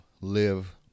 live